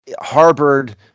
harbored